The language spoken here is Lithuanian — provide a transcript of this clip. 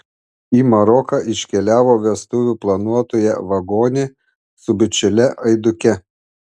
į maroką iškeliavo vestuvių planuotoja vagonė su bičiule aiduke